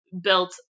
built